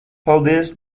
paldies